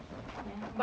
ya